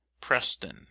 Preston